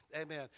Amen